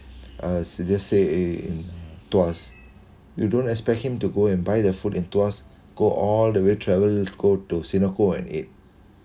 uh just say in Tuas you don't expect him to go and buy the food in Tuas go all the way travel go to synagogue and eat